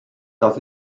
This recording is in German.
das